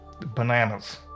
bananas